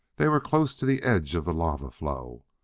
they were close to the edge of the lava flow.